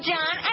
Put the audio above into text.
John